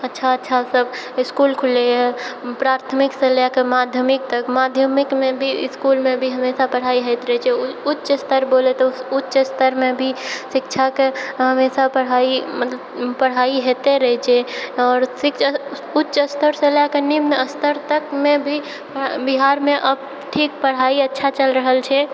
अच्छा अच्छा सब इसकुल खुललै हँ प्राथमिकसँ लैके माध्यमिक तक माध्यमिकमे भी इसकुलमे भी हमेशा पढ़ाई होइत रहै छै उच्च स्तर बोलै तऽ उच्च स्तरमे भी शिक्षाके हमेशा पढ़ाई मतलब पढ़ाई होइते रहै छै आओर उच्च स्तरसँ लैके निम्न स्तर तकमे भी बिहारमे ठीक पढ़ाई अच्छा चलि रहल छै